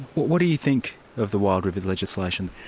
what do you think of the wild rivers legislation?